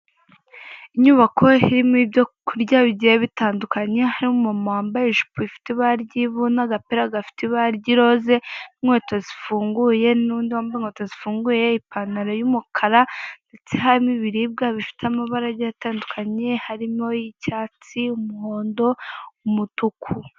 Inyubako irimo ibyo kurya bigiye bitandukanye, harimo umu mama wambaye ijopo ifite ibara ry'ivu, n'agapira gafite ibara ry'iroze, n'inkweto zifunguye, n'undiwambaye inkweto zifunguye, ipantaro y'umukara ndetse harimo ibiribwa bifite amabara agiye atandukanye harimo icyatsi, umuhondo, umutuku.